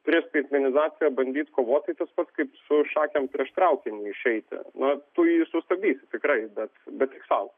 prieš skaitmenizaciją bandyt kovoti tai tas pats kaip su šakėm prieš traukinį išeiti na tu jį sustabdysi tikrai bet bet tik sau